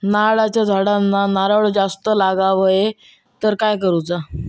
नारळाच्या झाडांना नारळ जास्त लागा व्हाये तर काय करूचा?